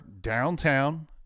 downtown